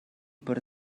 per